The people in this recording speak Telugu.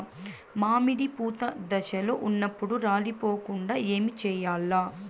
మామిడి పూత దశలో ఉన్నప్పుడు రాలిపోకుండ ఏమిచేయాల్ల?